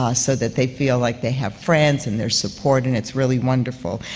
ah so that they feel like they have friends and their supported, and it's really wonderful.